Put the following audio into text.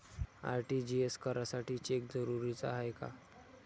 RTGS करासाठी cheque जरुरीचा हाय काय?